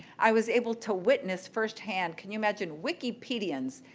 i was able to witness firsthand, can you imagine wikipedians?